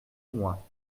moi